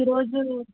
ఈ రోజు